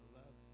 love